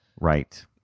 Right